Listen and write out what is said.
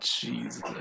Jesus